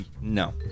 No